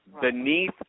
Beneath